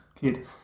kid